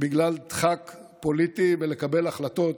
בגלל דחק פוליטי ולקבל החלטות